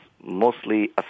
mostly